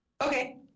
Okay